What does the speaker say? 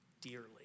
dearly